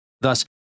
Thus